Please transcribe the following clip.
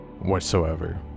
Whatsoever